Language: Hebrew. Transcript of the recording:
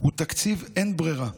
הוא תקציב אין ברירה.